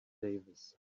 davis